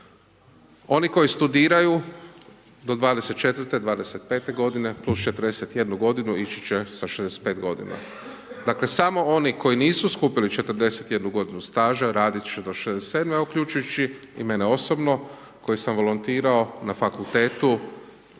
Oni koji studiraju do 24, 25 godine, plus 41 godinu, ići će sa 65 godina. Dakle, samo oni koji nisu skupili 41 godinu staža, radit će do 67 godine, uključujući i mene osobno koji sam volontirao na Fakultetu,